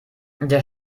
der